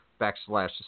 backslash